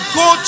go